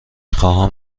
خواهم